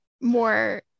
more